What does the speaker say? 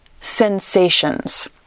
sensations